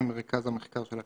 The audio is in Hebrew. שעברו לטיפול